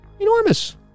Enormous